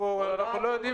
כלום.